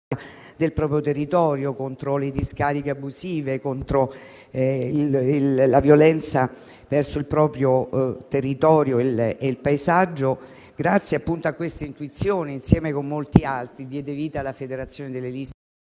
del proprio territorio, contro le discariche abusive, contro la violenza nei confronti del territorio e del paesaggio - grazie, appunto, alla sua intuizione, insieme a molti altri diede vita alla federazione delle liste